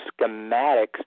schematics